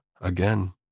again